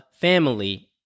family